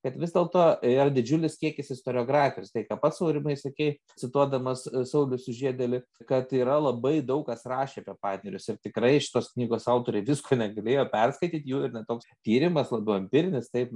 kad vis dėlto yra didžiulis kiekis istoriografijos tai ką pats aurimai sakei cituodamas saulių sužiedėlį kad yra labai daug kas rašę apie panerius ir tikrai šitos knygos autoriai visko negalėjo perskaityt jų ir ne toks tyrimas labiau empirinis taip